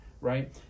right